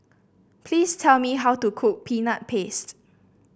please tell me how to cook Peanut Paste